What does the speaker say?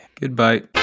Goodbye